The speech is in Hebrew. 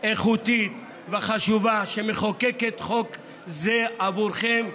איכותית וחשובה, שמחוקקת חוק זה עבורכם.